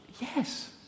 yes